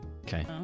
okay